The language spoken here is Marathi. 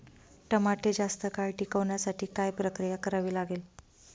टमाटे जास्त काळ टिकवण्यासाठी काय प्रक्रिया करावी लागेल?